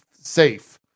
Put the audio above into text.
safe